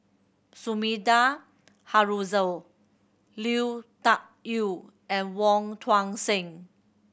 Sumida Haruzo Lui Tuck Yew and Wong Tuang Seng